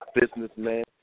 businessman